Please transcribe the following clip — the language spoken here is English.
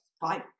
fine